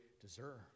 deserve